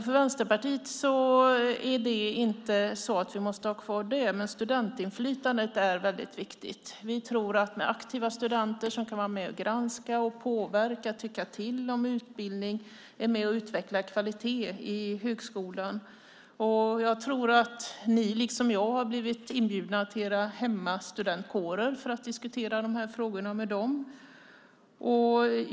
För Vänsterpartiets del behöver vi inte ha kvar kårobligatoriet; däremot är studentinflytandet viktigt. Vi tror på aktiva studenter som kan vara med och granska, påverka, tycka till om utbildning, utveckla kvaliteten i högskolan. Jag tror att ni liksom jag blivit inbjudna till era studentkårer på hemorten för att diskutera dessa frågor med dem.